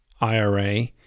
IRA